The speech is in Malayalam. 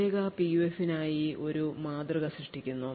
പ്രത്യേക PUF നായി ഒരു മാതൃക സൃഷ്ടിക്കുന്നു